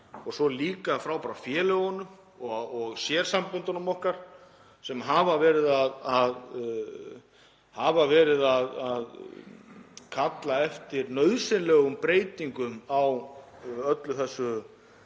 hinum frábæru félögum og sérsamböndum okkar, þau hafa verið að kalla eftir nauðsynlegum breytingum á öllu þessu